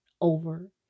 over